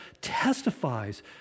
testifies